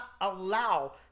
allow